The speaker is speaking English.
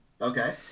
Okay